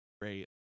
great